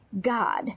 God